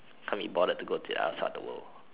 can't be bothered to go to the other side of the world